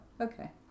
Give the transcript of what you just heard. okay